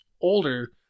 older